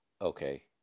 Okay